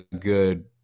good